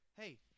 Hey